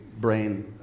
brain